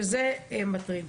שזה מטריד.